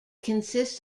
consists